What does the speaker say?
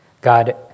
God